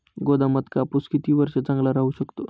गोदामात कापूस किती वर्ष चांगला राहू शकतो?